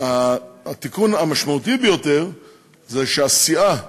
התיקון המשמעותי ביותר זה שהסיעה יכולה,